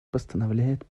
постановляет